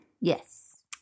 Yes